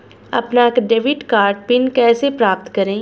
अपना debit card pin कैसे प्राप्त करें?